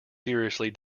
seriously